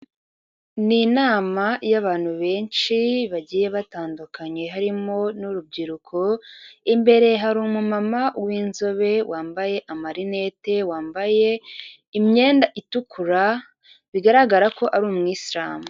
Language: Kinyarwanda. Ni inama y'abantu benshi bagiye batandukanye harimo n'urubyiruko, imbere hari umumama w'inzobe wambaye amarinete, wambaye imyenda itukura bigaragara ko ari umwisilamu.